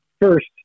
first